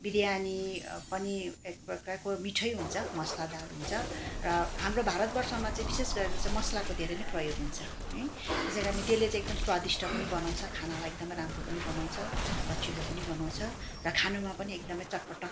बिरयानी पनि एकप्रकारको मिठै हुन्छ मसलादार हुन्छ र हाम्रो भारतवर्षमा चाहिँ विशेष गरेर चाहिँ मसलाको धेरै नै प्रयोग हुन्छ है त्यसै कारणले त्यसले चाहिँ एकदम स्वादिष्ठ पनि बनाउँछ खानालाई एकदमै राम्रो पनि बनाउँछ लचिलो पनि बनाउँछ र खानुमा पनि एकदमै चटपटक